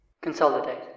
Consolidate